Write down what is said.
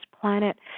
planet